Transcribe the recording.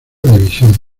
división